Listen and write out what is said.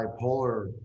bipolar